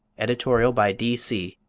editorial by d c,